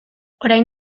orain